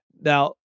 Now